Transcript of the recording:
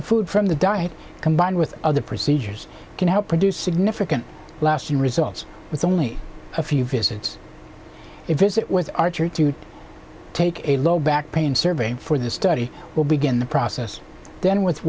the food from the diet combined with other procedures can help produce significant lasting results with only a few visits it is it was archer to take a low back pain survey for the study will begin the process then with